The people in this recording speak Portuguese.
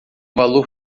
valor